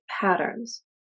patterns